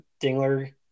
Dingler